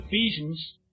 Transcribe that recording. Ephesians